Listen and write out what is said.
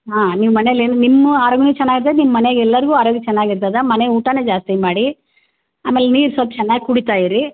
ಹಾಂ ನೀವು ಮನೆಲೇನು ನಿಮ್ಮ ಆರೋಗ್ಯನು ಚೆನ್ನಾಗಿ ಇದ್ರೆ ನಿಮ್ಮ ಮನ್ಯಾಗೆ ಎಲ್ಲರಿಗು ಅರೋಗ್ಯ ಚೆನ್ನಾಗಿ ಇರ್ತದೆ ಮನೆ ಊಟನೇ ಜಾಸ್ತಿ ಮಾಡಿ ಆಮೇಲೆ ನೀರು ಸೊಲ್ಪ ಚೆನ್ನಾಗಿ ಕುಡಿತಾ ಇರಿ